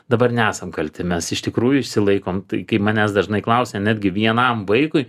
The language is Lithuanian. dabar nesam kalti mes iš tikrųjų išsilaikom tai kai manęs dažnai klausia netgi vienam vaikui